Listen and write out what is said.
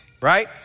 Right